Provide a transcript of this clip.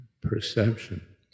perception